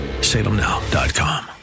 salemnow.com